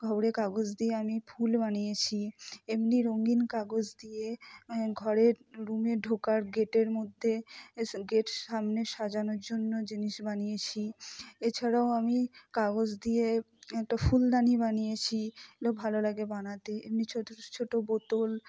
খবরে কাগজ দিয়ে আমি ফুল বানিয়েছি এমনি রঙিন কাগজ দিয়ে ঘরের রুমে ঢোকার গেটের মধ্যে গেট সামনে সাজানোর জন্য জিনিস বানিয়েছি এছাড়াও আমি কাগজ দিয়ে একটা ফুলদানি বানিয়েছি এগুলো ভালো লাগে বানাতে এমনি ছোট ছোট বোতল